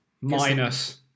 Minus